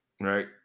Right